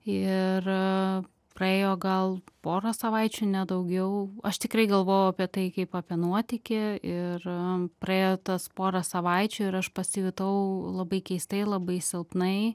ir praėjo gal pora savaičių ne daugiau aš tikrai galvojau apie tai kaip apie nuotykį ir praėjo tas pora savaičių ir aš pasijutau labai keistai labai silpnai